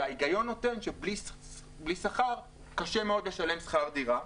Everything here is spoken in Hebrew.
וההיגיון נותן שבלי שכר קשה מאוד לשלם שכר דירה.